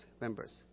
members